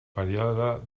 període